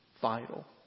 vital